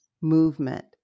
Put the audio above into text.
movement